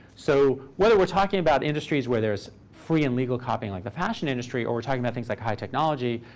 so whether we're talking about industries where there's free and legal copying like the fashion industry, or we're talking about things like high technology,